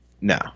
No